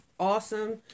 Awesome